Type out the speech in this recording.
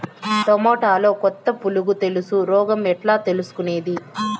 టమోటాలో కొత్త పులుగు తెలుసు రోగం ఎట్లా తెలుసుకునేది?